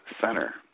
Center